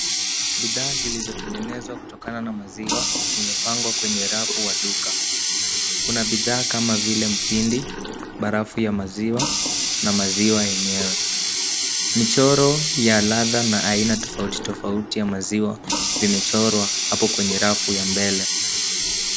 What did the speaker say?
Bidhaa zilizotengenezwa kutokana na maziwa zimepangwa kwenye rafu ya duka, kuna bidhaa kama vile mtindi, barafu ya maziwa na maziwa yenyewe. Michoro ya ladha na aina tofauti tofauti ya maziwa imechorwa hapo kwenye rafu ya mbele.